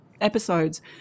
episodes